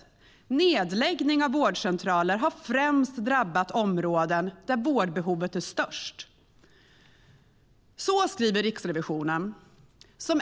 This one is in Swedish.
Och "nedläggning av vårdcentraler har främst drabbat områden där vårdbehovet är större".